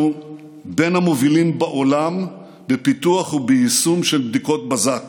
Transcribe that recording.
אנחנו בין המובילים בעולם בפיתוח וביישום של בדיקות בזק